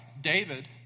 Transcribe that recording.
David